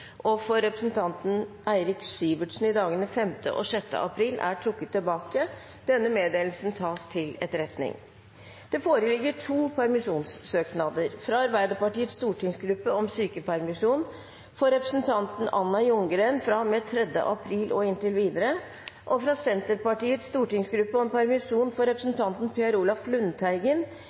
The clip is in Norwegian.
og for representanten Eirik Sivertsen i dagene 5. og 6. april er trukket tilbake. – Denne meddelelse tas til etterretning. Det foreligger to permisjonssøknader: fra Arbeiderpartiets stortingsgruppe om sykepermisjon for representanten Anna Ljunggren fra og med 3. april og inntil videre fra Senterpartiets stortingsgruppe om permisjon for representanten Per Olaf Lundteigen